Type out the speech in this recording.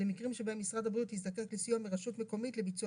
למקרים שבהם משרד הבריאות יזדקק לסיוע מרשות מקומית לביצוע